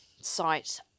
site